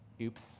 Oops